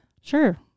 Sure